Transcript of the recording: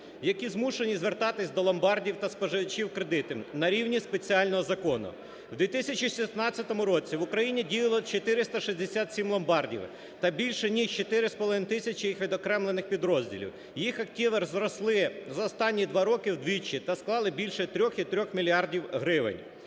які змушені звертатись до ломбардів та споживачів кредитів на рівні спеціального закону. У 2016 році в Україні діяло 467 ломбардів та більше ніж 4 з половиною тисячі їх відокремлених підрозділів. Їх активи зросли за останні 2 роки вдвічі – та склали більше 3,3 мільярда